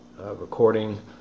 recording